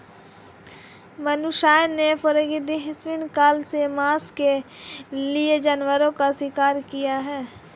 मनुष्यों ने प्रागैतिहासिक काल से मांस के लिए जानवरों का शिकार किया है